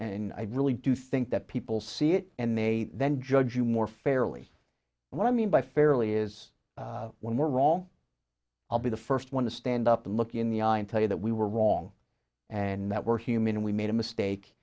and i really do think that people see it and they then judge you more fairly what i mean by fairly is when we're wrong i'll be the first one to stand up and look in the eye and tell you that we were wrong and that we're human we made a mistake